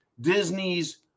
Disney's